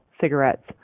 cigarettes